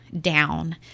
down